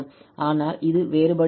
ஆனால் இது வேறுபடுகிறது